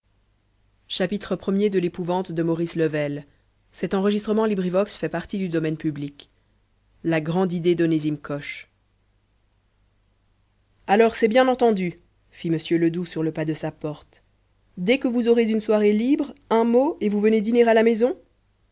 premier la grande idee d'onesime coche alors c'est bien entendu fit m ledoux sur le pas de sa porte dès que vous aurez une soirée libre un mot et vous venez dîner à la maison